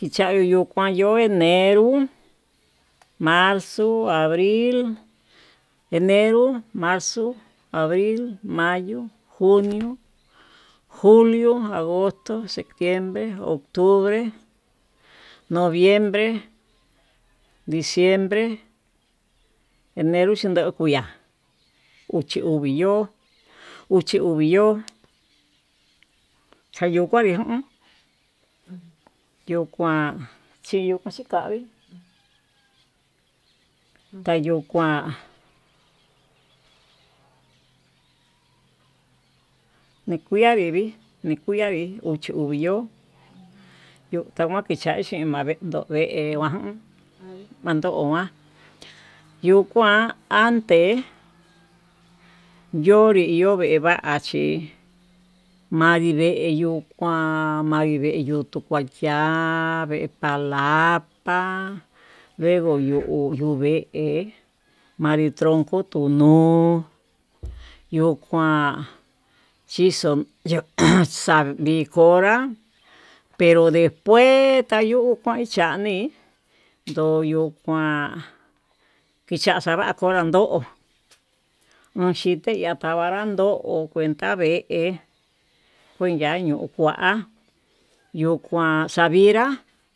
Kichayiyu kuan enero marzo, abril, enero, marzo, abril, mayo, junio, julio, agosto, septiembre, octubre, noviembre, diciembre, enero chindo kuya'á uchi uvii yo'o uchi uvii yo'ó xayuu kuanri u un yo kuan xhiyo chikavi, tayukuan nikuia nivi nikuia chiuyó nayokichache navee navean mando'a yuu kuan ante yonre yo'o vee vachí, manri vee yuu kuan manri veyuu tu kua kian vee jalapa vee yuu vee manri troco tuu no'o yokuan chixo ajan chuxavi, konra pero despues tayo'ó kuan chanii yondo kuan kicha xava'a konrán ndo'o, ho xhite ndatanra ndo'o cuenta vee kuenña ñuu kua yo kuan xavinrá.